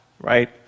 right